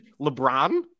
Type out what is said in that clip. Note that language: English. LeBron